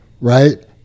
right